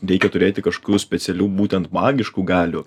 reikia turėti kažkokių specialių būtent magiškų galių